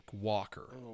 Walker